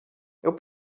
would